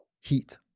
heat